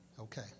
Okay